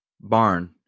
barn